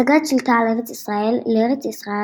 השגת שליטה על ארץ ישראל – לארץ ישראל